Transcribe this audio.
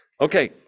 Okay